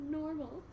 Normal